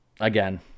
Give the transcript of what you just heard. again